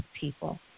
people